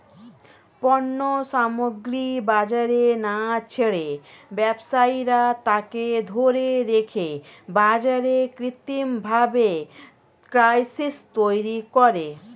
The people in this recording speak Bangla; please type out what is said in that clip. পণ্য সামগ্রী বাজারে না ছেড়ে ব্যবসায়ীরা তাকে ধরে রেখে বাজারে কৃত্রিমভাবে ক্রাইসিস তৈরী করে